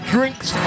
Drinks